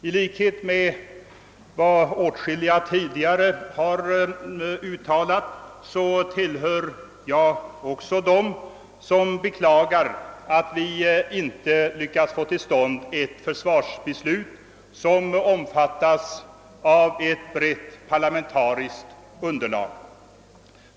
I likhet med åtskilliga, som tidigare har uttalat sig i frågan, tillhör jag dem som beklagar att vi inte lyckats få till stånd en försvarsöverenskommelse som vilar på ett brett parlamentariskt underlag.